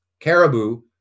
Caribou